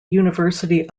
university